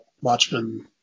Watchmen